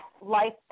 life